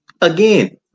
Again